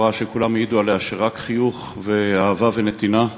בחורה שכולם העידו עליה שהייתה כולה רק חיוך ואהבה ונתינה.